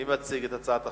מי מציג את הצעת החוק?